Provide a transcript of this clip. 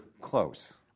close